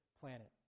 planet